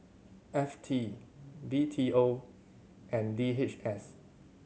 F T B T O and D H S